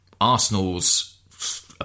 Arsenal's